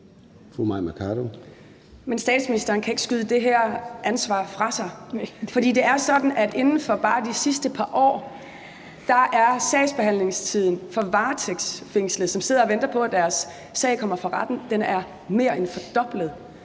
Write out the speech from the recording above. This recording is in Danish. Men statsministeren kan ikke skyde det her ansvar fra sig. Det er sådan, at inden for bare de sidste par år er sagsbehandlingstiden for varetægtsfængslede, som sidder og venter på, at deres sag kommer for retten, mere end fordoblet.